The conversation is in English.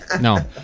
No